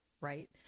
right